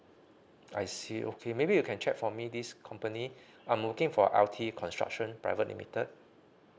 I see okay maybe you can check for me this company I'm working for L_T construction private limited